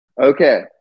Okay